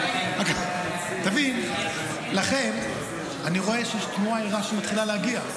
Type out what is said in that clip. אני רואה שיש תנועה ערה שמתחילה להגיע.